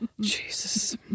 Jesus